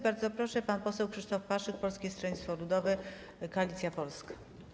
Bardzo proszę, pan poseł Krzysztof Paszyk, Polskie Stronnictwo Ludowe - Koalicja Polska.